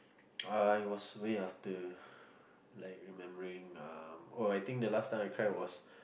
I was way after like remembering um oh I think the last time I cried was